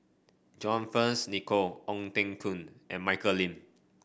John Fearns Nicoll Ong Teng Koon and Michelle Lim